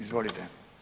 Izvolite.